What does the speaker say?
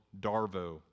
Darvo